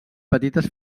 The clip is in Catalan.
petites